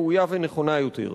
ראויה ונכונה יותר.